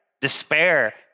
Despair